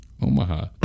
Omaha